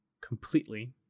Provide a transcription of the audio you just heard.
completely